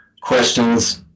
questions